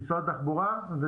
ממשרד התחבורה.